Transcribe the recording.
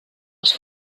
els